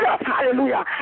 hallelujah